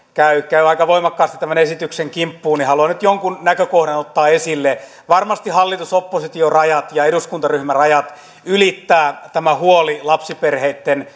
käy aika voimakkaasti tämän esityksen kimppuun ja haluan nyt jonkun näkökohdan ottaa esille varmasti hallitus oppositio rajat ja eduskuntaryhmärajat ylittää tämä huoli lapsiperheitten